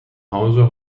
hause